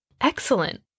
Excellent